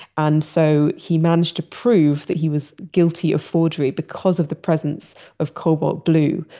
and so, he managed to prove that he was guilty of forgery, because of the presence of cobalt blue,